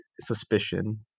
suspicion